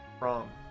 Wrong